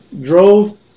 drove